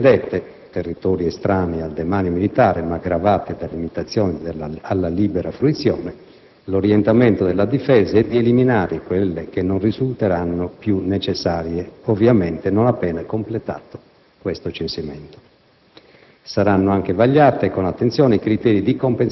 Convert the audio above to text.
Per quanto concerne le servitù militari propriamente dette - territori estranei al demanio militare ma gravati da limitazioni alla libera fruizione - l'orientamento della difesa è di eliminare quelle che non risulteranno più necessarie, ovviamente, non appena completato questo censimento.